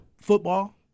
football